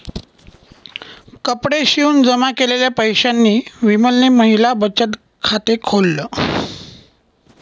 कपडे शिवून जमा केलेल्या पैशांनी विमलने महिला बचत खाते खोल्ल